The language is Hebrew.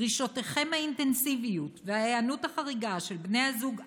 "דרישותיכם האינטנסיביות וההיענות החריגה של בני הזוג אלוביץ'